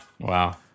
wow